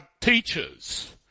teachers